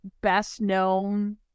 best-known